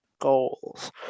goals